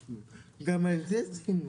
גם על זה צריך לחשוב.